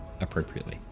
appropriately